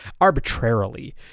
arbitrarily